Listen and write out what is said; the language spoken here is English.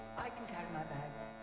i can carry my bags.